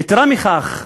יתרה מכך,